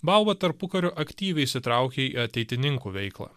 bauba tarpukariu aktyviai įsitraukė į ateitininkų veiklą